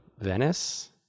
venice